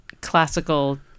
classical